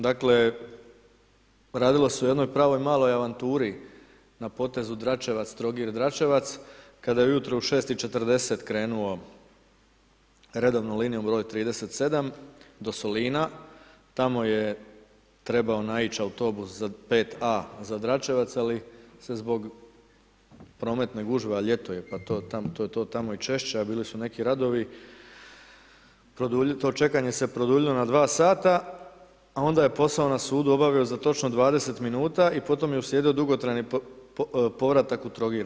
Dakle, radilo se o jednoj pravoj maloj avanturi na području Dračevac – Trogir – Dračevac kad je ujutro u 6,40 krenuo redovnom linijom br. 37 do Solina, tamo je trebao naić autobus za, 5A za Dračevac ali se zbog prometne gužve, a ljeto je pa je to tamo češće, a bili su neki radovi, to čekanje se produljilo na dva sata, a onda je posao na sudu je obavio za točno 20 minuta i po tome je uslijedio dugotrajni povratak u Trogir.